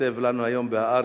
כותב לנו היום ב"הארץ",